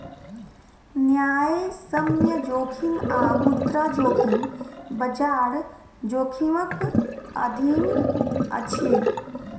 न्यायसम्य जोखिम आ मुद्रा जोखिम, बजार जोखिमक अधीन अछि